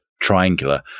triangular